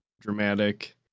dramatic